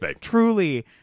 truly